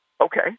okay